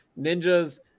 ninja's